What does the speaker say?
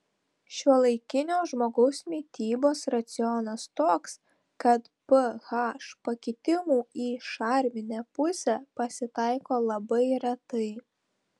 šiuolaikinio žmogaus mitybos racionas toks kad ph pakitimų į šarminę pusę pasitaiko labai retai